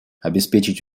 обеспечить